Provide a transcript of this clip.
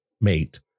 mate